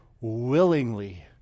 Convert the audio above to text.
willingly